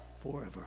forever